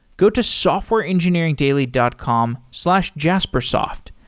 go to softwareengineeringdaily dot com slash jaspersoft.